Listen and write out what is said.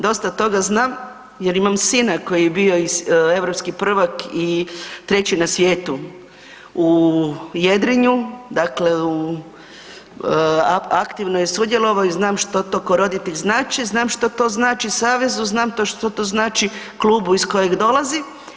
Dosta toga znam jer imam sina koji je bio europski prvak i treći na svijetu u jedrenju, dakle aktivno je sudjelovao i znam što to ko roditelj znači, znam što to znači savezu, znam što to znači klubu iz kojeg dolazi.